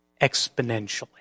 exponentially